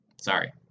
Sorry